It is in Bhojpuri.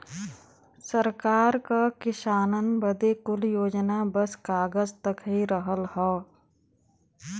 सरकार क किसानन बदे कुल योजना बस कागज तक ही रहल हौ